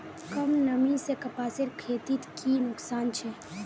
कम नमी से कपासेर खेतीत की की नुकसान छे?